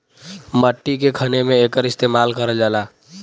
मट्टी के खने में एकर इस्तेमाल करल जाला